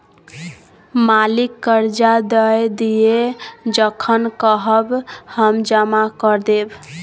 मालिक करजा दए दिअ जखन कहब हम जमा कए देब